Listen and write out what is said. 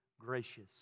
gracious